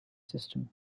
system